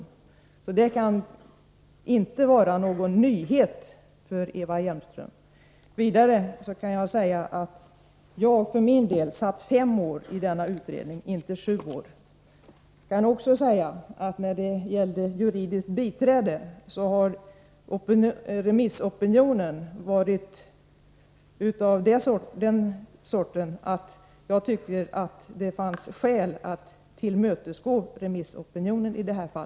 Det ställningstagandet kan således inte vara någon nyhet för Eva Hjelmström. Vidare kan jag säga att jag för min del satt fem år i denna utredning och inte sju år. Jag kan också säga beträffande juridiskt biträde att remissopinionen varit av den sorten att jag tycker att det i detta fall fanns skäl att tillmötesgå den.